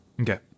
okay